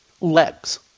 legs